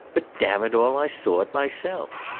but damn it all, i saw it myself,